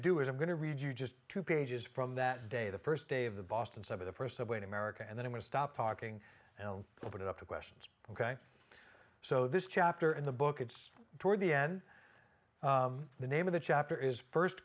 do it i'm going to read you just two pages from that day the first day of the boston seven the first subway to america and then we stop talking and open it up to questions ok so this chapter in the book it's toward the end the name of the chapter is first